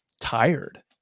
tired